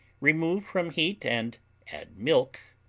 remove from heat and add milk,